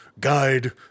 guide